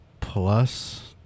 plus